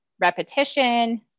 repetition